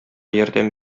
ярдәм